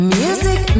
music